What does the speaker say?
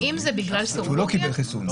הוא לא קיבל חיסון.